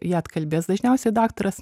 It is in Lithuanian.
ją atkalbės dažniausiai daktaras